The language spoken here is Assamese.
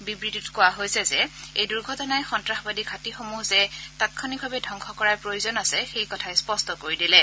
বিবৃতিটোত কোৱা হৈছে যে এই দুৰ্ঘটনাই সন্তাসবাদী ঘাটীসমূহ যে তাংক্ষণিকভাৱে ধ্ধ্ংস কৰাৰ প্ৰয়োজন আছে সেই কথাই স্পষ্ট কৰি দিলে